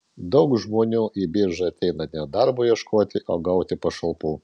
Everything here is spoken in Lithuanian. daug žmonių į biržą ateina ne darbo ieškoti o gauti pašalpų